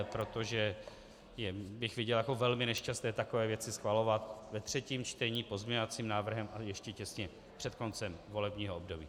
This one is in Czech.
Protože bych viděl jako velmi nešťastné takové věci schvalovat ve třetím čtení pozměňovacím návrhem, a ještě těsně před koncem volebního období.